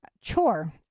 Chore